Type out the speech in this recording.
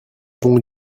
bon